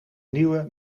nieuwe